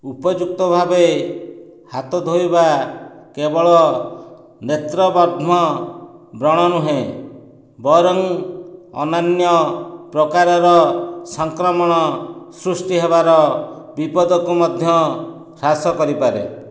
ଉପଯୁକ୍ତ ଭାବେ ହାତ ଧୋଇବା କେବଳ ନେତ୍ରବର୍ଧ୍ମ ବ୍ରଣ ନୁହେଁ ବରଂ ଅନ୍ୟାନ୍ୟ ପ୍ରକାରର ସଂକ୍ରମଣ ସୃଷ୍ଟି ହେବାର ବିପଦକୁ ମଧ୍ୟ ହ୍ରାସ କରିପାରେ